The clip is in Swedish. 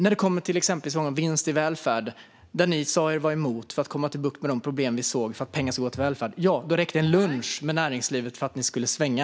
När det kommer till exempelvis vinster i välfärden - som ni sa er vara emot för att få bukt med de problem vi såg med pengar som ska gå till välfärd - räckte det med en lunch med näringslivet för att ni skulle svänga.